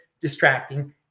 distracting